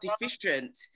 deficient